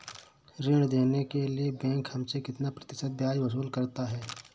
ऋण देने के लिए बैंक हमसे कितना प्रतिशत ब्याज वसूल करता है?